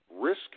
risk